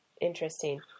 interesting